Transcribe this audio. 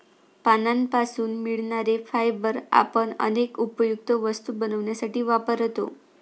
पानांपासून मिळणारे फायबर आपण अनेक उपयुक्त वस्तू बनवण्यासाठी वापरतो